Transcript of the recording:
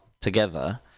together